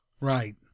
Right